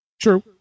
True